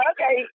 Okay